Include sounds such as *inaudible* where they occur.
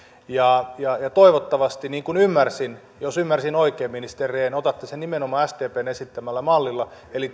toivottavasti niin kuin ymmärsin jos ymmärsin oikein ministeri rehn otatte sen nimenomaan sdpn esittämällä mallilla eli *unintelligible*